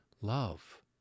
love